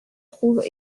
trouve